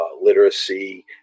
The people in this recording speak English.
literacy